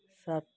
ਸੱਤ